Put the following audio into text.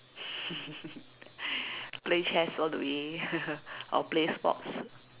play chess all the way or play sports